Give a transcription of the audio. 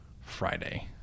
Friday